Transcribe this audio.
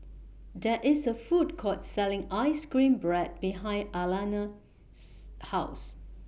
There IS A Food Court Selling Ice Cream Bread behind Alanna's House